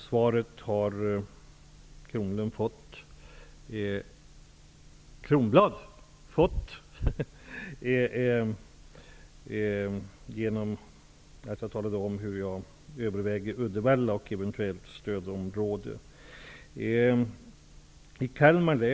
Svar har Kronblad fått genom att jag talade om vad jag överväger i fråga om Uddevalla och eventuell inplacering i stödområde.